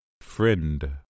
Friend